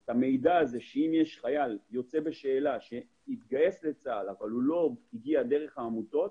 את המידע שאם חייל יוצא בשאלה שהתגייס לצה"ל אבל לא הגיע דרך העמותות,